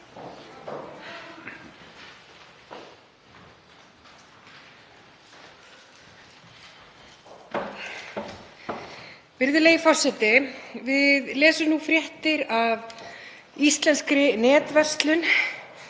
Virðulegi forseti. Við lesum nú fréttir af íslenskri netverslun,